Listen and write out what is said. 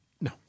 No